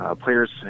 Player's